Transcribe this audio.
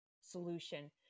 solution